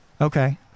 Okay